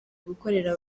gukorera